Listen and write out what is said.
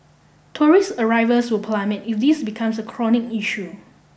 tourist arrivals will plummet if this becomes a chronic issue